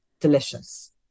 delicious